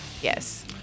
Yes